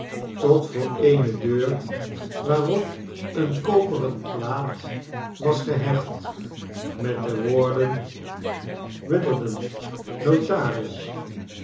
tot voor eene deur waarop eene koperen plaat was gehecht met de woorden witherden notaris